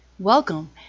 Welcome